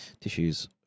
Tissues